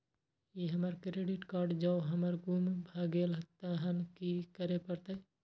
ई हमर credit card जौं हमर गुम भ गेल तहन की करे परतै?